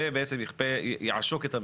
ובעצם יעשוק את המיעוט.